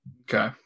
Okay